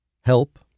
help